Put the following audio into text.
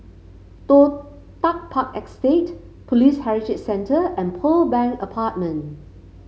Toh Tuck Park Estate Police Heritage Centre and Pearl Bank Apartment